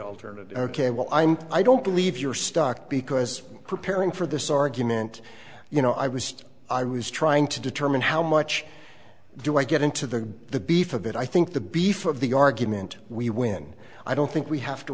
alternate ok well i'm i don't believe you're stuck because preparing for this argument you know i was i was trying to determine how much do i get into the beef a bit i think the before of the argument we win i don't think we have to